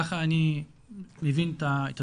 ככה אני מבין את הדברים.